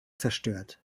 zerstört